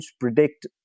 predict